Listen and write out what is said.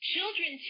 Children